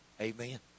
Amen